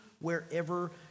wherever